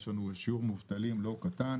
יש לנו שיעור מובטלים לא קטן.